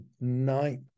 night